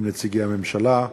עם נציגי הממשלה.